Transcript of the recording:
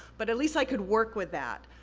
but at least i could work with that.